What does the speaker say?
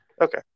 Okay